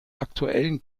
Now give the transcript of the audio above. aktuellen